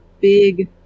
big